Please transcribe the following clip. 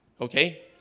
Okay